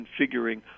configuring